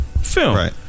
Film